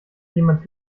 jemand